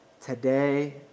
today